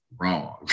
wrong